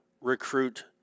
recruit